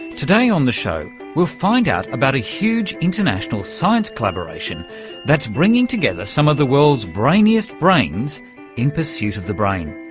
today on the show we'll find out about a huge international science collaboration that's bringing together some of the world's brainiest brains in pursuit of the brain,